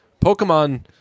Pokemon